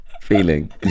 feeling